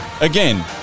again